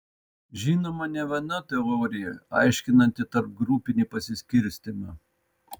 žinoma ne viena teorija aiškinanti tarpgrupinį pasiskirstymą